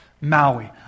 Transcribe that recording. Maui